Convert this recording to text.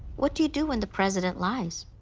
what do you do when the president lies?